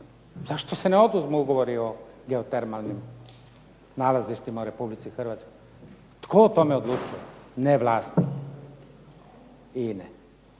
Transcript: zašto se ne oduzmu ugovori o geotermalnim nalazištima u Republici Hrvatskoj? Tko o tome odlučuje? Ne vlasnik INA-e,